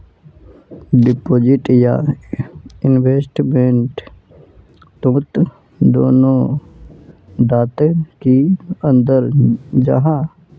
Deposit या investment तोत दोनों डात की अंतर जाहा?